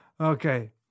Okay